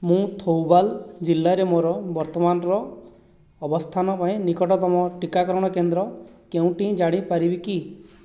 ମୁଁ ଥୌବାଲ ଜିଲ୍ଲାରେ ମୋର ବର୍ତ୍ତମାନର ଅବସ୍ଥାନ ପାଇଁ ନିକଟତମ ଟିକାକରଣ କେନ୍ଦ୍ର କେଉଁଟି ଜାଣିପାରିବି କି